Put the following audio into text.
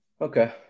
Okay